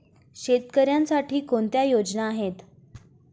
शेतकऱ्यांसाठी कोणत्या योजना आहेत?